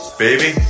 baby